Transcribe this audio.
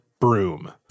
broom